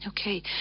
Okay